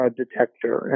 detector